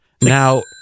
Now